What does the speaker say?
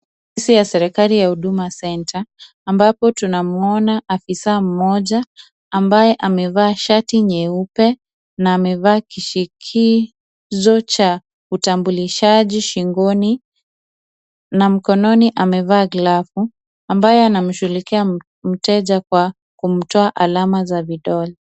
Ofisi ya serikali ya huduma senta ambapo tunamuona afisa mmoja ambaye amevaa shati nyeupe na amevaa kishikizo cha utambulishaji shingoni na mkononi amevaa glavu, ambaye anamshughulikia mteja kwa kumtoa alama za vidole.